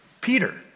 Peter